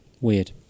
Weird